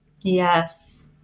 Yes